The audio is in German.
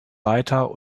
weiter